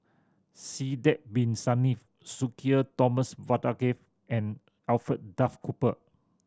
Sidek Bin Saniff Sudhir Thomas Vadaketh and Alfred Duff Cooper